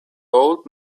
old